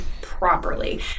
properly